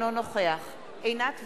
נגד עינת וילף,